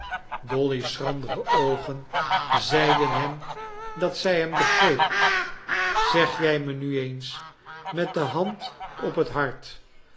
dolly's schrandere oogen zeiden hem dat zij hem begreep zeg jij me nu eens met de hand op het hart